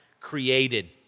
created